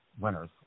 winners